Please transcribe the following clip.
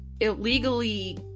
illegally